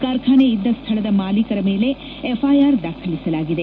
ಕಾರ್ಖಾನೆ ಇದ್ದ ಸ್ಥಳದ ಮಾಲೀಕರ ಮೇಲೆ ಎಫ್ ಐ ಆರ್ ದಾಖಲಿಸಲಾಗಿದೆ